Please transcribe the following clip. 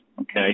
Okay